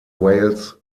wales